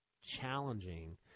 challenging –